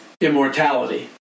immortality